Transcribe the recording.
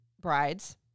brides